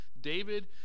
David